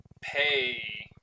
pay